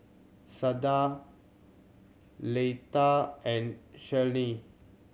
Sada Leitha and Cheryl